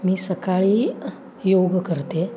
मी सकाळी योग करते